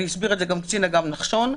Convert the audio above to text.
והסביר את זה גם קצין אג"ם נחשון,